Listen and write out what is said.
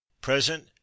Present